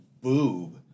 boob